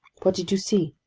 what did you see?